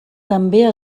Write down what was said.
també